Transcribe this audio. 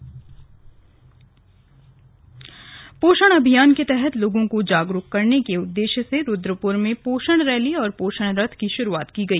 slug पोषण rally पोषण अभियान के तहत लोगों को जागरूक करने के उद्देश्य से रुद्रपुर में पोषण रैली और पोषण रथ की शुरुआत की गई